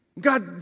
God